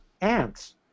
ants